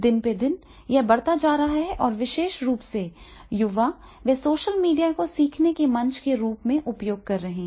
दिन ब दिन यह बढ़ता जा रहा है और विशेष रूप से युवा वे सोशल मीडिया को सीखने के मंच के रूप में उपयोग कर रहे हैं